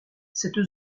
cette